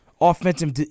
offensive